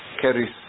carries